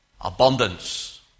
abundance